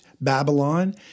Babylon